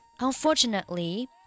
Unfortunately